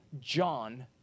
John